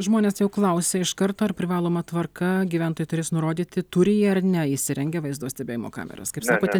žmonės jau klausė iš karto ar privaloma tvarka gyventojai turės nurodyti turi jį ar ne įsirengę vaizdo stebėjimo kameras kaip sakote